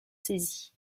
saisis